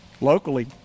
Locally